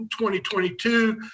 2022